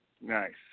Nice